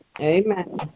Amen